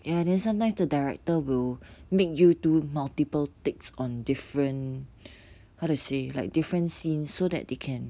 ya then sometimes the director will make you do multiple takes on different how to say different scenes so they can